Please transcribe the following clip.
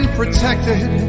protected